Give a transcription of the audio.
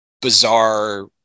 bizarre